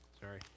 Sorry